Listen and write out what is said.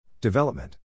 Development